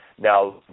Now